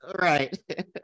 Right